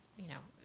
you know,